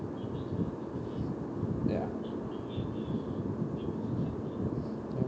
ya